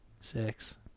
Six